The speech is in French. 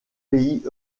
pays